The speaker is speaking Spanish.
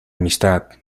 amistad